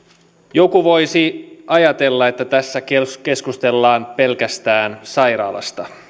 joku voisi ajatella että tässä keskustellaan pelkästään sairaalasta